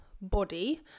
body